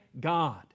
God